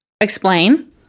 Explain